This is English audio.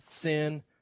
sin